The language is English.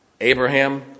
Abraham